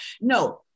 No